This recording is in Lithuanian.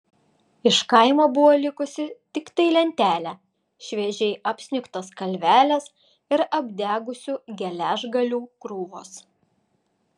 iš kaimo buvo likusi tiktai lentelė šviežiai apsnigtos kalvelės ir apdegusių geležgalių krūvos